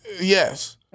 yes